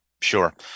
Sure